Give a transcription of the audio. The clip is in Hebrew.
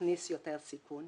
מכניס יותר סיכון.